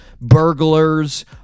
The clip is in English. burglars